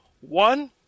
One